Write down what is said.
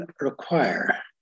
require